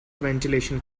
ventilation